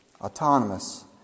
autonomous